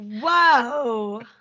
Whoa